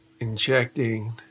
Injecting